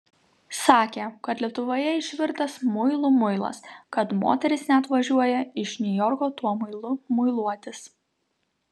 sakė kad lietuvoje išvirtas muilų muilas kad moterys net važiuoja iš niujorko tuo muilu muiluotis